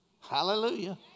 Hallelujah